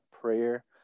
prayer